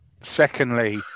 Secondly